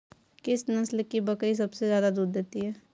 किस नस्ल की बकरी सबसे ज्यादा दूध देती है?